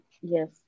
Yes